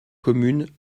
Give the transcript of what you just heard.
communes